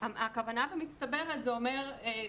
הכוונה במצטברת זה אומר,